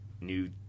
New